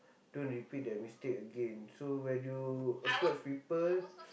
don't repeat that mistake again so when you approach people